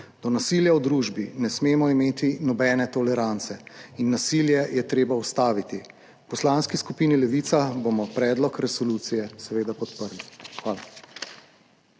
Do nasilja v družbi ne smemo imeti nobene tolerance in nasilje je treba ustaviti. V Poslanski skupini Levica bomo predlog resolucije seveda podprli. Hvala.